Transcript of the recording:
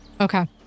Okay